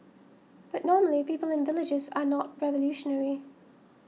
but normally people in villages are not revolutionary